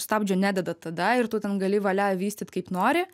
stabdžio nededa tada ir tu ten gali valią vystyt kaip nori